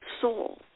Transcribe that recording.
soul